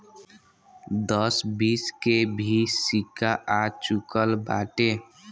दस बीस के भी सिक्का आ चूकल बाटे